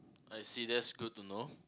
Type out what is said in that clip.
I see that's good to know